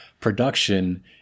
production